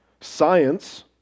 Science